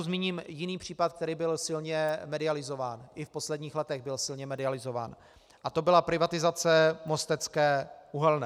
Zmíním tu jiný případ, který byl silně medializován, i v posledních letech byl silně medializován, a to byla privatizace Mostecké uhelné.